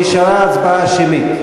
נשארה הצבעה שמית.